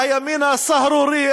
הימין הסהרורי,